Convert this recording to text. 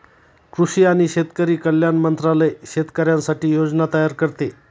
कृषी आणि शेतकरी कल्याण मंत्रालय शेतकऱ्यांसाठी योजना तयार करते